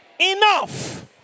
enough